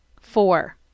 Four